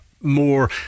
more